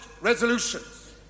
resolutions